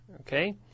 Okay